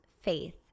faith